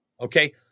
Okay